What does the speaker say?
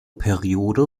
periode